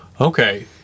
Okay